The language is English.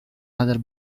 other